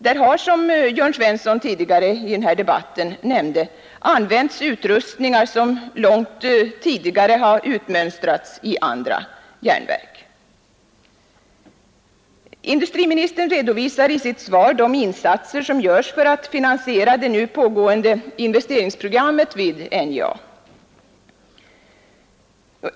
Där har, som herr Svensson i Malmö tidigare i debatten nämnt, använts utrustningar som långt tidigare har utmönstrats i andra järnverk. Industriministern redovisar i sitt svar de insatser som görs för att finansiera det nu pågående investeringsprogrammet vid NJA.